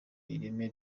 ireme